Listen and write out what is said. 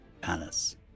Palace